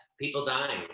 people dying.